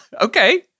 Okay